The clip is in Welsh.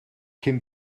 cyn